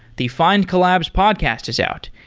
the findcollabs podcast is out,